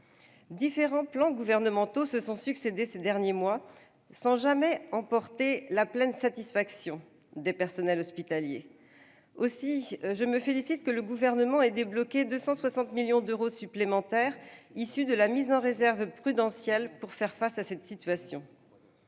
Différents plans gouvernementaux se sont succédé ces derniers mois, sans jamais emporter la pleine satisfaction des personnels hospitaliers. Aussi, je me félicite que le Gouvernement ait débloqué 260 millions d'euros supplémentaires issus de la mise en réserve prudentielle pour faire face à cette situation.